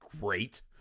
great